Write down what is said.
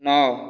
ନଅ